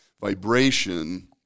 vibration